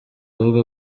avuga